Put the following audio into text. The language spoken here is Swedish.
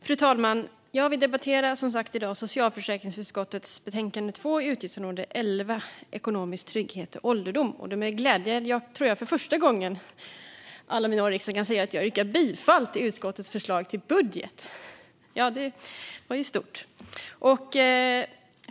Fru talman! Vi debatterar i dag socialförsäkringsutskottets betänkande 2 inom utgiftsområde 11 Ekonomisk trygghet vid ålderdom. Det är med glädje som jag - för första gången, tror jag, under alla mina år i riksdagen - kan säga att jag yrkar bifall till utskottets förslag till budget. Det är ju stort!